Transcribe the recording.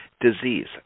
disease